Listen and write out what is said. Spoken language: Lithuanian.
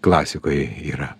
klasikoj yra